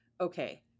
okay